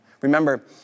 Remember